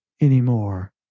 anymore